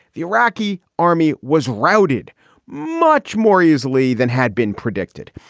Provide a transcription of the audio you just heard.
the iraqi army was rounded much more easily than had been predicted.